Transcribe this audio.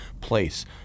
place